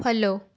follow